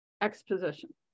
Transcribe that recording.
exposition